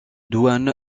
douanes